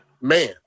man